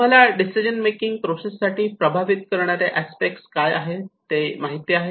तुम्हाला decision making process साठी प्रभावित करणारे अस्पेक्ट काय आहेत ते माहिती आहेत